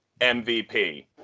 MVP